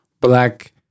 black